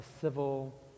civil